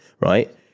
right